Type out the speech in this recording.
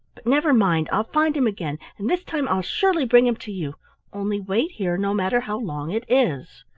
never mind! i'll find him again, and this time i'll surely bring him to you only wait here no matter how long it is.